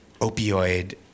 opioid